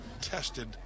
tested